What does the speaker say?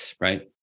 right